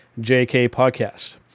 JKPODCAST